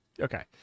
Okay